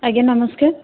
ଆଜ୍ଞା ନମସ୍କାର